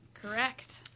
Correct